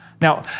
Now